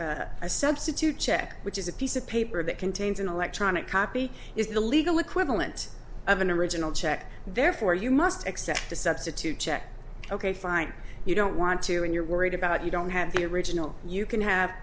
as a substitute check which is a piece of paper that contains an electronic copy is the legal equivalent of an original check therefore you must accept the substitute check ok fine you don't want to and you're worried about you don't have the original you can have